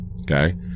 Okay